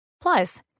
Plus